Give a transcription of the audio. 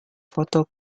foto